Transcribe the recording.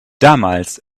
damals